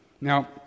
Now